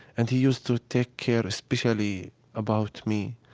and he used to take care especially about me,